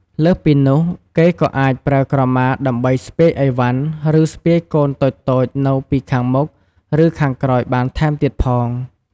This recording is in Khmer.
លើសពីនោះ គេក៏អាចប្រើក្រមា ដើម្បីស្ពាយឥវ៉ាន់ ឬ ស្ពាយកូនតូចៗនៅពីខាងមុខ ឬ ខាងក្រោយបានថែមទៀតផង។